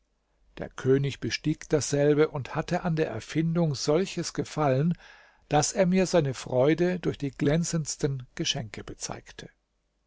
der könig bestieg dasselbe und hatte an der erfindung solches gefallen daß er mir seine freude durch die glänzendsten geschenke bezeigte